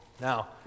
Now